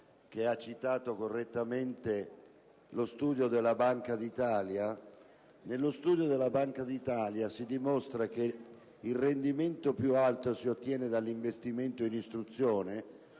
che ha citato correttamente lo studio della Banca d'Italia, devo precisare che nello studio della Banca d'Italia si dimostra che il rendimento più alto si ottiene dall'investimento in istruzione